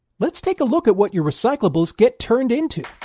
let's take a look at what your recyclables get turned into!